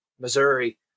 Missouri